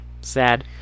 Sad